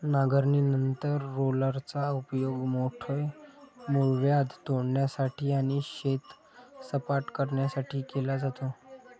नांगरणीनंतर रोलरचा उपयोग मोठे मूळव्याध तोडण्यासाठी आणि शेत सपाट करण्यासाठी केला जातो